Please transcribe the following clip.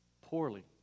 poorly